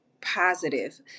positive